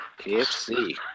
KFC